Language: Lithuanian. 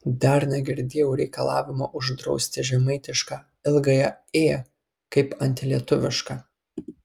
dar negirdėjau reikalavimo uždrausti žemaitišką ilgąją ė kaip antilietuvišką